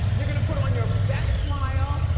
you're gonna put on your best smile,